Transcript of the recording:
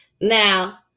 Now